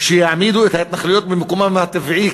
שיעמידו את ההתנחלויות במקומן הטבעי,